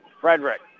Frederick